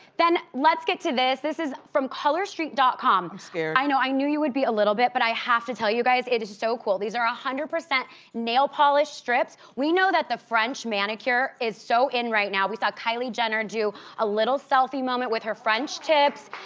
then let's get to this. this is from colorsreet com. i'm scared. i know, i knew you would be a little bit but i have to tell you guys, it is so cool. these are one ah hundred percent nail polish strips. we know that the french manicure is so in right now. we saw kylie jenner do a little selfie moment with her french tips.